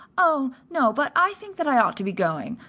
oh, no, but i think that i ought to be going.